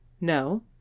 No